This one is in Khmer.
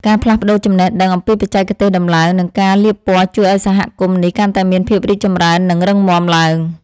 ការផ្លាស់ប្តូរចំណេះដឹងអំពីបច្ចេកទេសដំឡើង និងការលាបពណ៌ជួយឱ្យសហគមន៍នេះកាន់តែមានភាពរីកចម្រើន និងរឹងមាំឡើង។